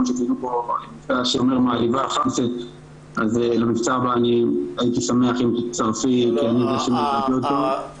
כמו שציינו פה --- אז הייתי שמח אם תצטרפי -- אמיר,